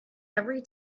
every